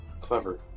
clever